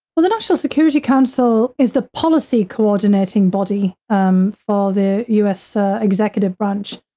well, the national security council is the policy coordinating body um for the us executive branch.